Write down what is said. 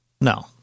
No